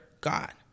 God